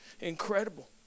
Incredible